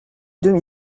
demi